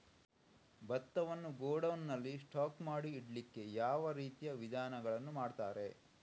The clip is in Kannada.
ಭತ್ತವನ್ನು ಗೋಡೌನ್ ನಲ್ಲಿ ಸ್ಟಾಕ್ ಮಾಡಿ ಇಡ್ಲಿಕ್ಕೆ ಯಾವ ರೀತಿಯ ವಿಧಾನಗಳನ್ನು ಮಾಡ್ತಾರೆ?